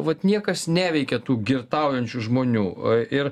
vat niekas neveikia tų girtaujančių žmonių ir